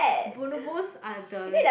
bonobos are the